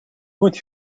goed